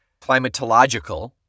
climatological